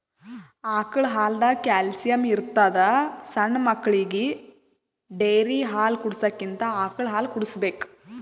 ಆಕಳ್ ಹಾಲ್ದಾಗ್ ಕ್ಯಾಲ್ಸಿಯಂ ಇರ್ತದ್ ಸಣ್ಣ್ ಮಕ್ಕಳಿಗ ಡೇರಿ ಹಾಲ್ ಕುಡ್ಸಕ್ಕಿಂತ ಆಕಳ್ ಹಾಲ್ ಕುಡ್ಸ್ಬೇಕ್